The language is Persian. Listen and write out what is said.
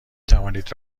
توانید